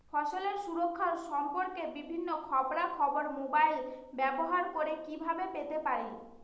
ফসলের সুরক্ষা সম্পর্কে বিভিন্ন খবরা খবর মোবাইল ব্যবহার করে কিভাবে পেতে পারি?